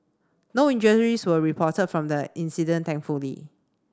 no injuries were reported from the incident thankfully